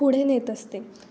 पुढे नेत असते